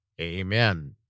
Amen